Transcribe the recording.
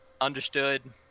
understood